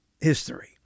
history